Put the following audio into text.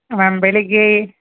ma'am ಬೆಳಿಗ್ಗೆ